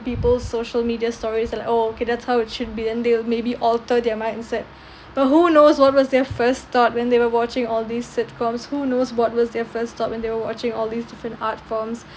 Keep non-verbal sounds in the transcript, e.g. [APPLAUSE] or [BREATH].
people's social media stories and like oh okay that's how it should be then they'll maybe alter their mindset [BREATH] but who knows what was their first thought when they were watching all these sitcoms who knows what was their first thought when they were watching all these different art forms